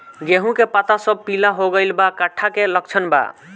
गेहूं के पता सब पीला हो गइल बा कट्ठा के लक्षण बा?